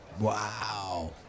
Wow